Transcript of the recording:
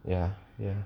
ya ya